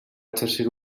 exercir